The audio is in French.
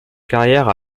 carrière